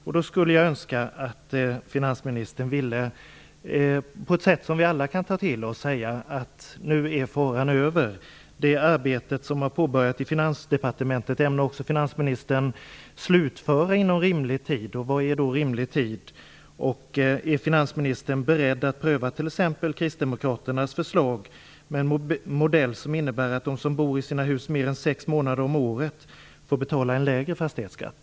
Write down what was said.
Jag skulle önska att finansministern på ett sätt som vi alla kan ta till oss kunde säga att faran nu är över. Det arbete som har påbörjats i Finansdepartementet ämnar finansministern slutföra inom rimlig tid. Vad är då rimlig tid? Är finansministern beredd att t.ex. pröva Kristdemokraternas förslag, en modell som innebär att de som bor i sina hus mer än sex månader om året får betala en lägre fastighetsskatt?